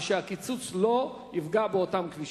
שהקיצוץ לא יפגע באותם כבישים.